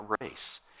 race